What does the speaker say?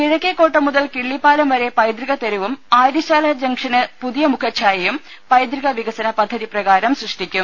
കിഴക്കെകോട്ട മുതൽ കിള്ളിപ്പാലം വരെ പൈതൃകത്തെരുവും ആര്യശാല ജംഗ്ഷന് പുതിയ മുഖഛായയും പൈതൃക വികസന പദ്ധതി പ്രകാരം സൃഷ്ടിക്കും